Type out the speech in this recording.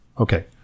Okay